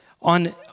on